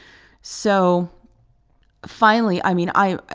so finally, i mean, i